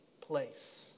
place